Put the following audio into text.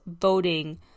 Voting